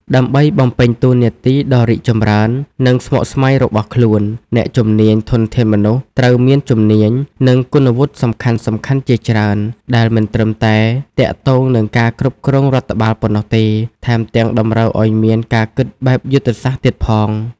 ដើម្បីបំពេញតួនាទីដ៏រីកចម្រើន និងស្មុគស្មាញរបស់ខ្លួន អ្នកជំនាញ ធនធានមនុស្ស ត្រូវមានជំនាញ និងគុណវុឌ្ឍិសំខាន់ៗជាច្រើន ដែលមិនត្រឹមតែទាក់ទងនឹងការគ្រប់គ្រងរដ្ឋបាលប៉ុណ្ណោះទេ ថែមទាំងតម្រូវឱ្យមានការគិតបែបយុទ្ធសាស្ត្រទៀតផង។